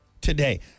today